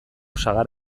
sagar